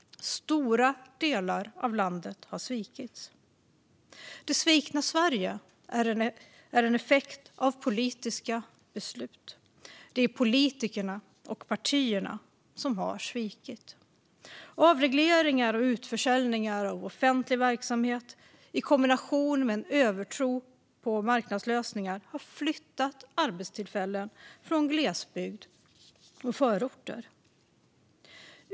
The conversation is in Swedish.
Stora delar av landet har svikits. Det svikna Sverige är en effekt av politiska beslut. Det är politikerna och partierna som har svikit. Avregleringar och utförsäljningar av offentlig verksamhet i kombination med en övertro på marknadslösningar har flyttat arbetstillfällen från glesbygd och förorter.